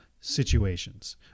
situations